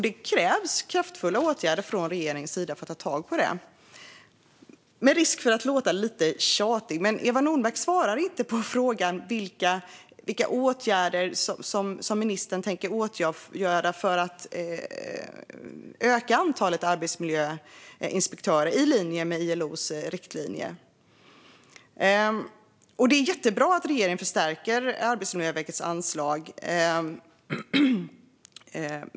Det krävs kraftfulla åtgärder från regeringen för att ta tag i det. Det finns risk för att jag låter lite tjatig, men Eva Nordmark svarar inte på frågan: Vilka åtgärder avser ministern att vidta för att öka antalet arbetsmiljöinspektörer i linje med ILO:s riktlinjer? Det är jättebra att regeringen förstärker Arbetsmiljöverkets anslag.